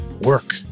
Work